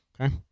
Okay